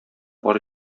бар